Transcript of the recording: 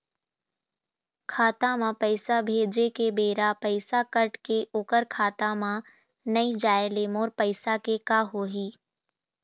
खाता म पैसा भेजे के बेरा पैसा कट के ओकर खाता म नई जाय ले मोर पैसा के का होही?